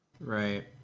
Right